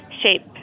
shape